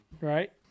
Right